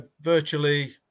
virtually